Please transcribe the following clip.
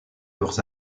leurs